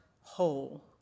whole